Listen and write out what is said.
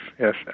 yes